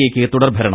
A യ്ക്ക് തുടർഭരണം